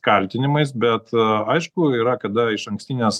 kaltinimas bet aišku yra kada išankstinės